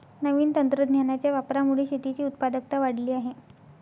नवीन तंत्रज्ञानाच्या वापरामुळे शेतीची उत्पादकता वाढली आहे